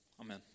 Amen